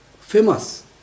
Famous